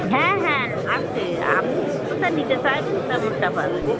হ্যাঁ হ্যাঁ আছে আপনি যেমনটা নিতে চাইবেন তেমনটা পাবেন